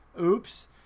oops